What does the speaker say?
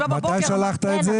היום נתת את זה?